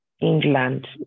England